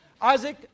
Isaac